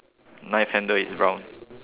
knife handle is brown